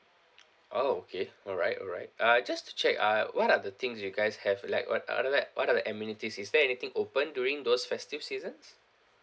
oh okay alright alright uh just to check ah what are the things you guys have like what what are the what are the amenities is there anything open during those festive seasons